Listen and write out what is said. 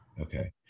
Okay